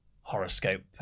horoscope